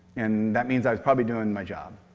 and that means i was probably doing my job.